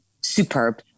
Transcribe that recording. superb